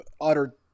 utter